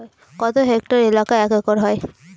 কত হেক্টর এলাকা এক একর হয়?